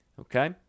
okay